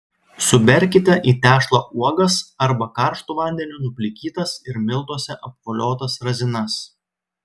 suberkite į tešlą uogas arba karštu vandeniu nuplikytas ir miltuose apvoliotas razinas